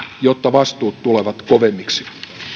jotta vastuut tulevat kovemmiksi